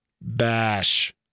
bash